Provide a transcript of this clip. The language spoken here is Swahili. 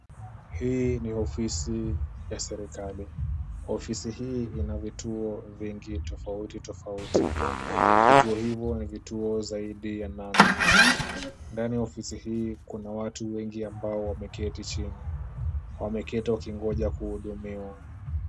Hii ni ofisi ya serikali. Ofisi hii ina vituo vingi tofauti tofauti. Vituo hivo ni vituo zaidi ya nane. Ndani ya ofisi hii kuna watu wengi ambao wameketi chini. Wameketi wakingoja kuhudumiwa.